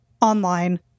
online